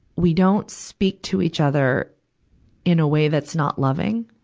we don't speak to each other in a way that's not loving.